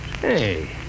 Hey